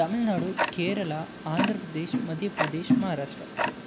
Tamil Nadu Kerala Andhra Pradesh Madhya Pradesh Maharashtra